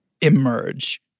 emerge